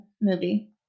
movie